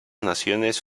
naciones